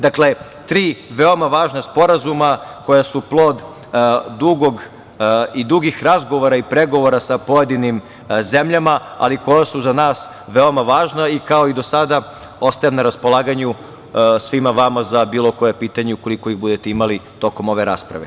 Dakle, tri veoma važna sporazuma koja su plod dugih razgovora i pregovora sa pojedinim zemljama, ali koja su za nas veoma važna i kao i do sada ostajem na raspolaganju svima vama za bilo koje pitanje, ukoliko ih budete imali, tokom ove rasprave.